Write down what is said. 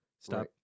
Stop